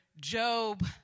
Job